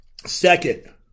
Second